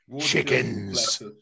Chickens